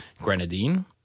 grenadine